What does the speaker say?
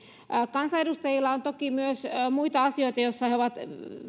kansanedustajilla on toki myös muita asioita joissa he ovat